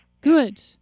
Good